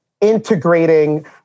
integrating